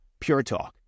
PureTalk